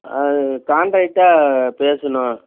அது காண்ட்ரேக்ட்டா பேசணும்